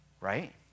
right